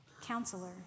Counselor